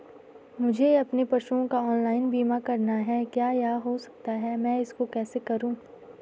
मुझे अपने पशुओं का ऑनलाइन बीमा करना है क्या यह हो सकता है मैं इसको कैसे करूँ?